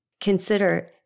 Consider